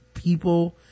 people